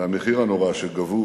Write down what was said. והמחיר הנורא שגבו